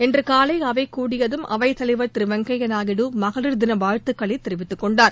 இன்று காலை அவை கூடியதும் அவைத்தலைவர் திரு வெங்கையா நாயுடு மகளிர் தின வாழ்த்துக்களைத் தெரிவித்துக் கொண்டார்